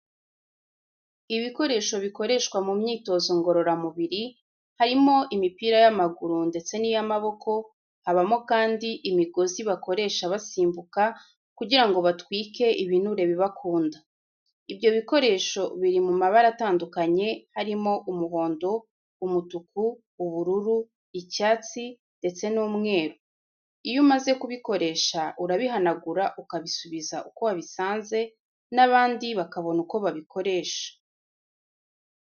Ibikoresho bikoreshwa mu myitozo ngororamubiri, harimo imipira y'amaguru ndetse niy'amboko, habamo kandi imigozi bakoresha basimbuka kugira ngo batwike ibinure biba kunda. Ibyo bikoresho biri mu mabara atandukanya harimo umuhondo, umutuku, ubururu, icyatsi, ndetse n'umweru. Iyo umaze kubikoresha urabihanagura ukabisubiza uko wabisanze, nabandi bakabona uko babikoresha.